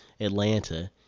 Atlanta